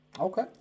Okay